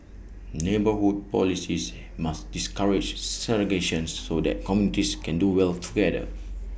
neighbourhood policies must discourage segregation so that communities can do well together